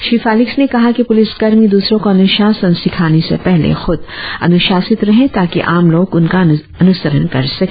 Shri Felix ने कहा कि पुलिस कर्मी दुसरो को अनुशासन सिखाने से पहले खुद अनुशासित रहे ताकि आम लोग उनका अनुसरण कर सके